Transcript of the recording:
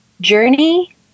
journey